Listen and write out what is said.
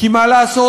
כי מה לעשות,